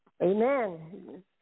Amen